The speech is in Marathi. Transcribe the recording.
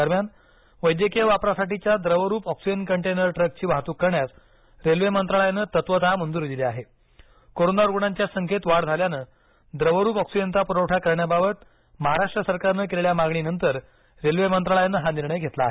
दरम्यान वैद्यकीय वापरासाठीच्या द्रवरूप ऑक्सिजन कंटेनर ट्रकची वाहतूक करण्यास रेल्वे मंत्रालयानं तत्त्वतः मंजुरी दिली आहेकोरोना रुग्णांच्या संख्येत वाढ झाल्यानं द्रवरूप ऑक्सिजनचा प्रवठा करण्याबाबत महाराष्ट्र सरकारनं केलेल्या मागणीनंतर रेल्वे मंत्रालयानं हा निर्णय घेतला आहे